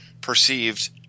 perceived